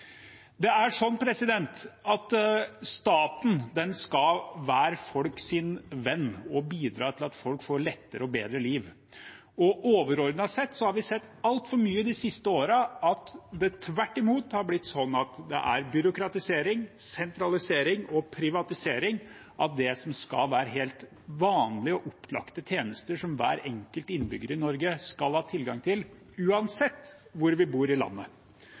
Staten skal være folks venn og bidra til at folk får lettere og bedre liv. Overordnet sett har vi de siste årene sett altfor mye av at det tvert imot har blitt sånn at det er byråkratisering, sentralisering og privatisering av det som skal være helt vanlige og opplagte tjenester som hver enkelt innbygger i Norge skal ha tilgang til, uansett hvor man bor i landet.